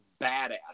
badass